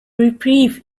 reprieve